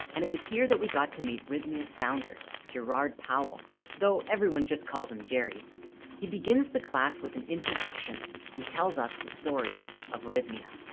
and it was here that we got to meet rythme ha's founder gerard powell though. everyone just calls him gary he begins the class with an introduction and tells us the story of rythme yeah